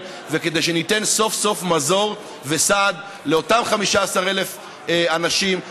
וכדי שניתן סוף-סוף מזור וסעד לאותם 15,000 אנשים,